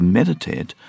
meditate